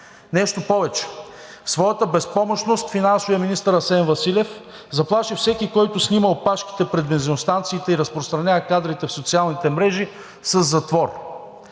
Нещо повече, в своята безпомощност финансовият министър Асен Василев заплаши всеки, който снима опашките пред бензиностанциите и разпространява кадрите в социалните мрежи, със затвор.